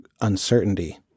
uncertainty